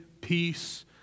peace